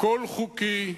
הכול חוקי,